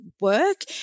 work